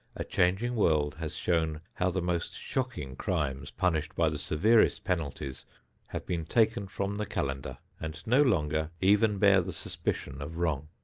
a changing world has shown how the most shocking crimes punished by the severest penalties have been taken from the calendar and no longer even bear the suspicion of wrong.